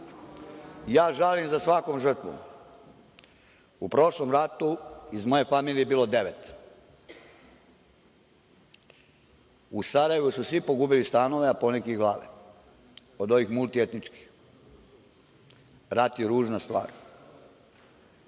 ja žalim za svakom žrtvom. U prošlom ratu iz moje familije je bilo devet. U Sarajevu su svi pogubili stanove, poneki i glave od ovih multietničkih. Rat je ružna stvar. Kada